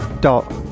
dot